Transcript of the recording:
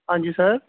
ਹਾਂਜੀ ਸਰ